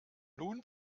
nun